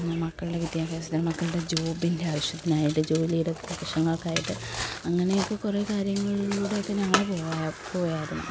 മക്കളുടെ വിദ്യാഭ്യാസത്തിന് മക്കളുടെ ജോബിൻ്റെ ആവശ്യത്തിനായാലും ജോലിയിടെ പ്രശ്നങ്ങൾക്കായിട്ട് അങ്ങനെയൊക്കെ കുറെ കാര്യങ്ങളൂടെയൊക്കെ ഞങ്ങൾ പോയി പോയായിരുന്നു